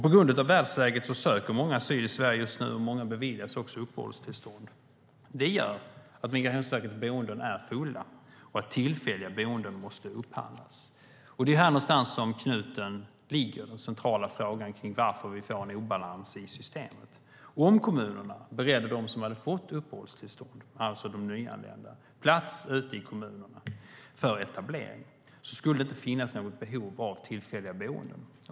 På grund av världsläget söker många asyl i Sverige just nu, och många beviljas också uppehållstillstånd. Det gör att Migrationsverkets boenden är fulla och att tillfälliga boenden måste upphandlas. Det är här någonstans som knuten ligger. Den centrala frågan är varför vi får en obalans i systemet. Om kommunerna beredde dem som har fått uppehållstillstånd, det vill säga de nyanlända, plats ute i kommunerna för etablering skulle det inte finnas något behov av tillfälliga boenden.